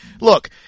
look